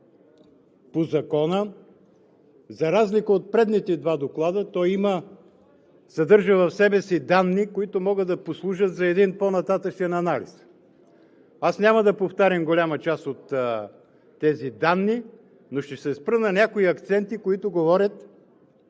по Закона. За разлика от предните два доклада той съдържа в себе си данни, които могат да послужат за един по-нататъшен анализ. Няма да повтарям голяма част от тези данни, но ще се спра на някои акценти, които говорят